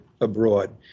abroad